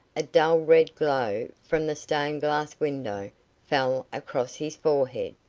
a dull red glow from the stained-glass window fell across his forehead.